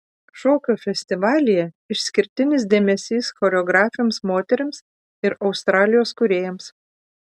šokio festivalyje išskirtinis dėmesys choreografėms moterims ir australijos kūrėjams